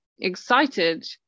excited